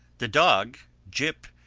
the dog, jip,